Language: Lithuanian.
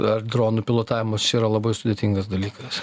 ar dronų pilotavimas čia yra labai sudėtingas dalykas